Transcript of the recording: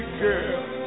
girl